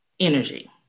energy